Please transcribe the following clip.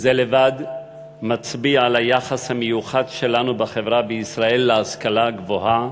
וזה לבד מצביע על היחס המיוחד שלנו בחברה בישראל להשכלה הגבוהה,